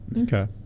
Okay